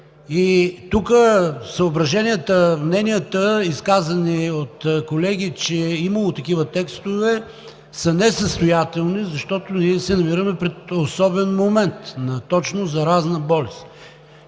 И тук съображенията, мненията, изказани от колеги, че имало такива текстове, са несъстоятелни, защото ние се намираме пред особен момент – точно на заразна болест.